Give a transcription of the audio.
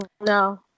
No